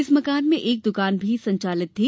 इस मकान में एक दुकान भी संचालित थी